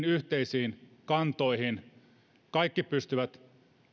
yhteisiin kantoihin ja kaikki pystyvät